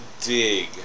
dig